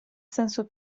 senso